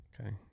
Okay